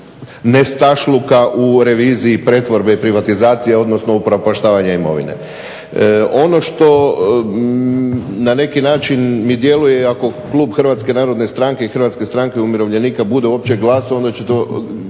nestašluka u reviziji pretvorbe i privatizacije, odnosno upropaštavanje imovine. Ono što na neki način mi djeluje, iako klub Hrvatske narodne stranke i Hrvatske stranke umirovljenika bude uopće glasovao onda će